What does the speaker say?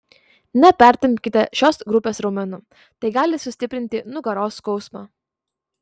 nepertempkite šios grupės raumenų tai gali sustiprinti nugaros skausmą